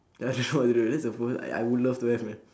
ya don't know what to do that's a fir~ I would love to have man